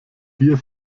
dir